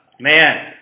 man